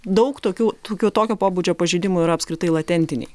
daug tokių tokių tokio pobūdžio pažeidimų yra apskritai latentiniai